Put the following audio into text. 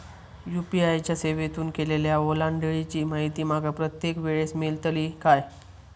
UPI च्या सेवेतून केलेल्या ओलांडाळीची माहिती माका प्रत्येक वेळेस मेलतळी काय?